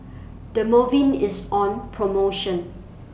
Dermaveen IS on promotion